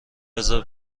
بزار